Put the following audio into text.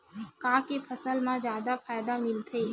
का के फसल मा जादा फ़ायदा मिलथे?